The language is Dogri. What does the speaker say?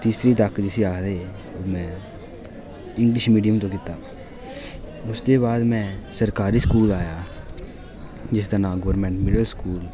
तीसरी तक्क जिसी आखदे में इंगलिश मीडियम च कीता उसदे बाद में सरकारी स्कूल आया जिसदा नांऽ गौरमेंट मिडल स्कूल